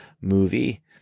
movie